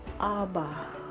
Abba